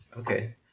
Okay